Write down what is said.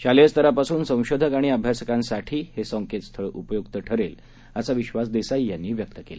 शालेय स्तरापासून संशोधक आणि अभ्यासकांसाठी हे संकेतस्थळ उपयुक्त ठरेल असा विश्वास देसाई यांनी व्यक्त केला